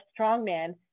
strongman